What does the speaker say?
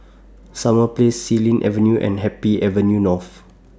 Summer Place Xilin Avenue and Happy Avenue North